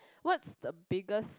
what's the biggest